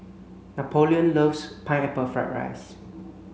Napoleon loves pineapple fried rice